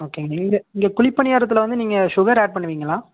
ஓகேங்க இங்கே இங்கே குழிப்பணியாரத்தில் வந்து நீங்கள் சுகர் ஆட் பண்ணுவிங்களா